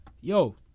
Yo